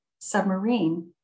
submarine